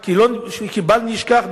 כי בל נשכח,